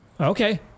Okay